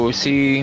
see